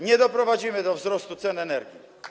Nie doprowadzimy do wzrostu cen energii.